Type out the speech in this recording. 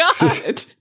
god